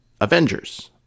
Avengers